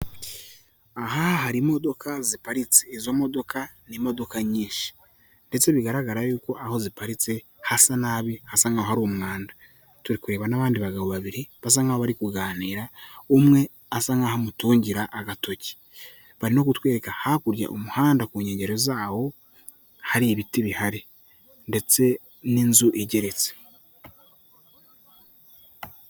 Aha hari imodoka ziparitse, izo modoka ni imodoka nyinshi ndetse bigaragara yuko aho ziparitse hasa nabi hasa nkaho hari umwanda, turi kureba n'abandi bagabo babiri basa nk'abari kuganira umwe asa nkaho amutungira agatoki, bari no kutwereka hakurya umuhanda ku nkengero zawo hari ibiti bihari ndetse n'inzu igeretse.